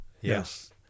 yes